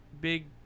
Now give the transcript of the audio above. big